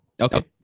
Okay